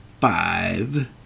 five